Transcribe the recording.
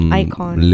icon